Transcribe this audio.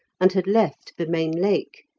and had left the main lake,